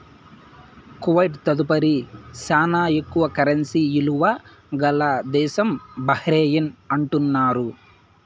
Kuwait తదుపరి శానా ఎక్కువ కరెన్సీ ఇలువ గల దేశం బహ్రెయిన్ అంటున్నారు